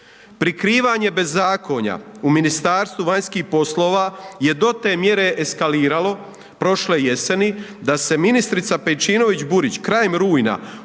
Prikrivanje bezakonja u Ministarstvu vanjskih poslova, je do te mjere eskaliralo prošle jeseni, da se ministrica Pejčinović Burić krajem rujna upustila